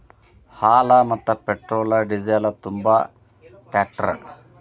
ಹಾಲ, ಮತ್ತ petrol diesel ತುಂಬು ಟ್ಯಾಂಕರ್